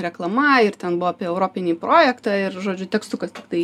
reklama ir ten buvo apie europinį projektą ir žodžiu tekstukas tiktai